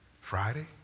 Friday